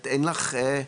אין לך.